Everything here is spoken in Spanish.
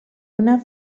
una